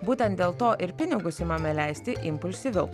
būtent dėl to ir pinigus imame leisti impulsyviau